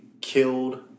killed